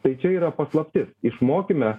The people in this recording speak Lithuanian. tai čia yra paslaptis išmokime